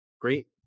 great